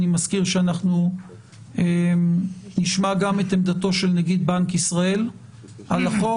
אני מזכיר שנשמע גם את עמדתו של נגיד בנק ישראל על החוק.